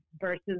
versus